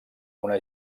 una